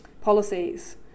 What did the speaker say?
policies